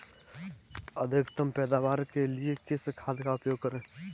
अधिकतम पैदावार के लिए किस खाद का उपयोग करें?